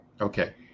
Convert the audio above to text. Okay